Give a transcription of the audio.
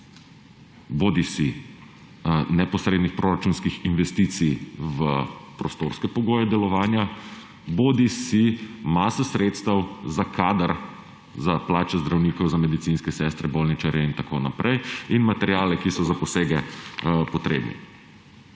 bodisi neposrednih proračunskih investicij v prostorske pogoje delovanja bodisi mase sredstev za kader, za plače zdravnikov, za medicinske sestre, bolničarje in tako naprej, in materiale, ki so za posege potrebni.